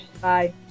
Bye